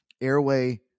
Airway